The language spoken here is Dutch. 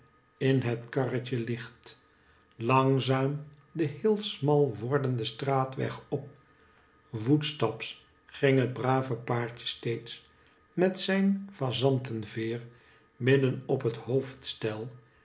in het karretje licht langzaam den heel smal wordenden straatweg op voetstaps ging het brave paardje steeds met zijn fazantenveer midden op het hoofdstel